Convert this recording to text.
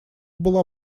была